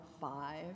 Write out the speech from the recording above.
five